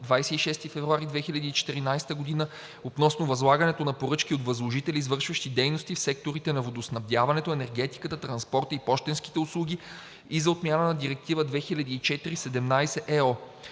26 февруари 2014 г. относно възлагането на поръчки от възложители, извършващи дейност в секторите на водоснабдяването, енергетиката, транспорта и пощенските услуги и за отмяна на Директива 2004/17/ЕО.